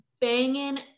banging